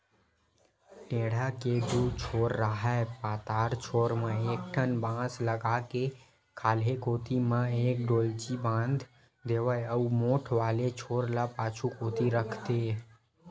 टेंड़ा के दू छोर राहय पातर छोर म एक ठन बांस लगा के खाल्हे कोती म एक डोल्ची बांध देवय अउ मोठ वाले छोर ल पाछू कोती रख देय